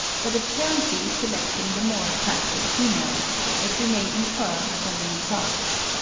but apparently selecting the more attractive females, as we may infer from the results.